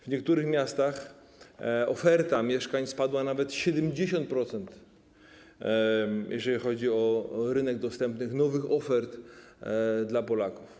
W niektórych miastach oferta mieszkań spadła nawet o 70%, jeżeli chodzi o rynek dostępnych nowych ofert dla Polaków.